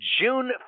June